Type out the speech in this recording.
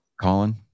Colin